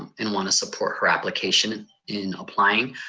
and wanna support her application in applying.